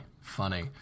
Funny